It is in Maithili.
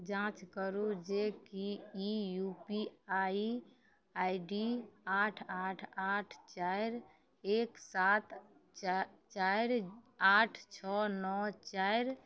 जाँच करू जे कि ई U P I I D आठ आठ आठ चारि एक सात चा चारि आठ छओ नओ चारि